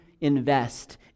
invest